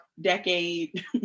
decade